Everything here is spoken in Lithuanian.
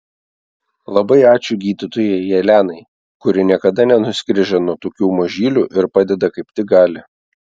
labai ačiū gydytojai jelenai kuri niekada nenusigręžia nuo tokių mažylių ir padeda kaip tik gali